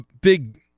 big